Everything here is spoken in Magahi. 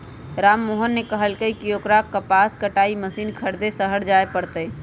राममोहन ने कहल कई की ओकरा कपास कटाई मशीन खरीदे शहर जाय पड़ तय